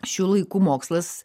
šių laikų mokslas